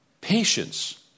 Patience